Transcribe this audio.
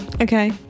Okay